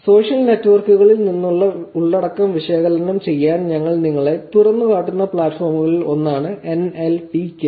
social നെറ്റ്വർക്കുകളിൽ നിന്നുള്ള ഉള്ളടക്കം വിശകലനം ചെയ്യാൻ ഞങ്ങൾ നിങ്ങളെ തുറന്നുകാട്ടുന്ന പ്ലാറ്റ്ഫോമുകളിൽ ഒന്നാണ് എൻഎൽടികെ